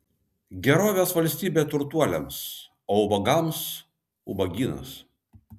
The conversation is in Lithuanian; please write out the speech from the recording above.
gerovės valstybė turtuoliams o ubagams ubagynas